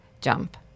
jump